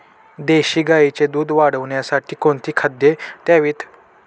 देशी गाईचे दूध वाढवण्यासाठी कोणती खाद्ये द्यावीत?